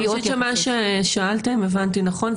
אני חושבת שמה ששאלת אם הבנתי נכון,